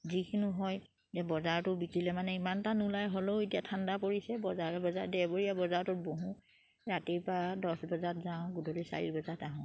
যিখিনি হয় যে বজাৰটো বিকিলে মানে ইমান এটা নোলাই হ'লেও এতিয়া ঠাণ্ডা পৰিছে বজাৰে বজাৰ দেওবৰীয়া বজাৰটোত বহোঁ ৰাতিপুৱা দছ বজাত যাওঁ গধূলি চাৰি বজাত আহোঁ